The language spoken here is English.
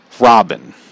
Robin